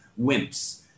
wimps